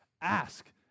Ask